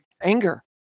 anger